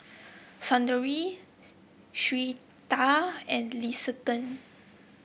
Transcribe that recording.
Saundra Syreeta and Liston